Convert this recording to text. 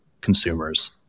consumers